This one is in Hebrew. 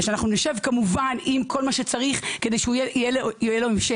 אנחנו נשב כמובן עם כל מה שצריך כדי שיהיה לו המשך,